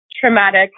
traumatic